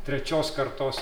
trečios kartos